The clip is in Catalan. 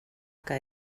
que